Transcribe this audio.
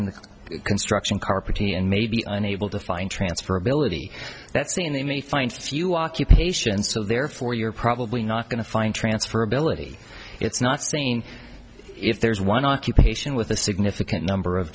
the construction carpeting and may be unable to find transferability that saying they may find a few occupations so therefore you're probably not going to find transferability it's not saying if there's one occupation with a significant number of